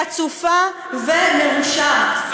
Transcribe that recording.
חצופה ומרושעת.